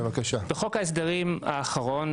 בחוק ההסדרים האחרון,